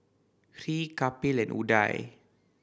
Hri Kapil and Udai